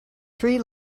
tree